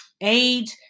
age